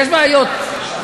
יש בעיות.